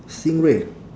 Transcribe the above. stingray